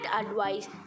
advice